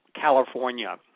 California